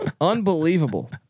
Unbelievable